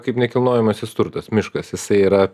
kaip nekilnojamasis turtas miškas jisai yra